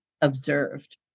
observed